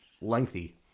lengthy